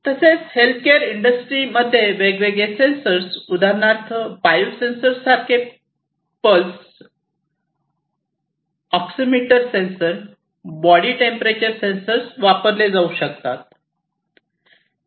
तसेच हेल्थकेअर इंडस्ट्रीमध्ये वेगवेगळ्या सेन्सर उदाहरणार्थ बायोसेन्सरसारखे पल्स नाडी oximeter sensor body temperature sensor वापरले जाऊ शकतात